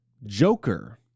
joker